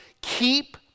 Keep